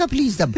Please